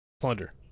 Plunder